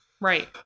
Right